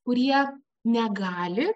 kurie negali